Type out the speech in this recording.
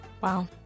Wow